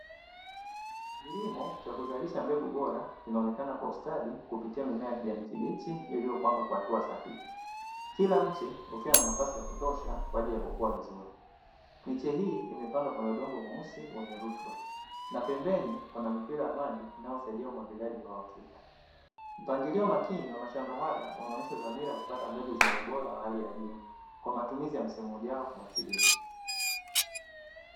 Kilimo cha kuzalisha mbegu bora kinaonekana kwa ustadi kupitia mimea ya kijani kibichi iliyopangwa kwa hatua sahihi, kila mche ukiwa na nafasi ya kutosha kwa ajili ya kukua vizuri. Miche hii imepandwa kwenye udongo mweusi wenye rutuba, na pembeni kuna mipira ya maji inayosaidia umwagiliaji wa uhakika. Mpangilio makini wa mashamba haya unaonesha dhamira ya kupata mbegu zenye ubora wa hali ya juu kwa matumizi ya msimu ujao wa kilimo.